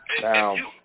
Now